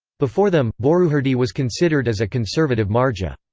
before them, boroujerdi was considered as a conservative marja.